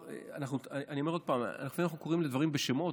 אני אומר עוד פעם: לפעמים אנחנו קוראים לדברים בשמות,